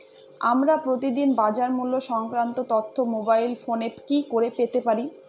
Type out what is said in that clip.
আমরা প্রতিদিন বাজার মূল্য সংক্রান্ত তথ্য মোবাইল ফোনে কি করে পেতে পারি?